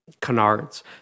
canards